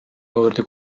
juurde